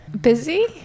Busy